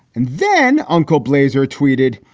and then uncle blazer tweeted,